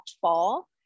fall